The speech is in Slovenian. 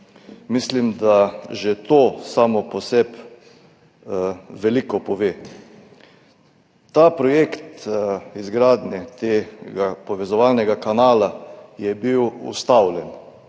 mislim, da že to samo po sebi veliko pove. Projekt izgradnje tega povezovalnega kanala je bil ustavljen,